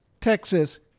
Texas